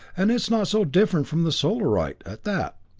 and it's not so different from the solarite, at that.